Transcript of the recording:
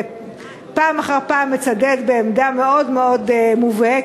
שפעם אחר פעם מצדד בעמדה אידיאולוגית מאוד מאוד מובהקת,